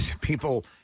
people